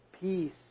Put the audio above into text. Peace